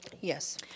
Yes